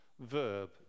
verb